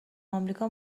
امریکا